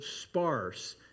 sparse